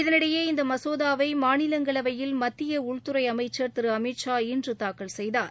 இதனிடையே இந்த மசோதாவை மாநிலங்களவையில் மத்திய உள்துறை அமைச்சர் திரு அமித்ஷா இன்று தாக்கல் செய்தார்